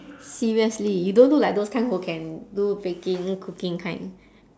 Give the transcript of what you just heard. seriously you don't look like those kind who can do baking cooking kind